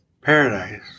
paradise